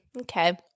Okay